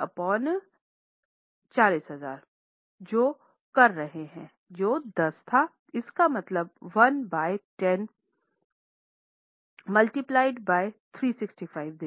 upon 40000 जो कर रहे थे जो 10 था इसका मतलब है 1 बय 10 मल्टिप्लिएड बय 365 दिनों